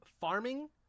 farming